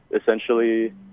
essentially